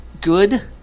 good